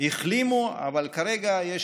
החלימו, אבל כרגע יש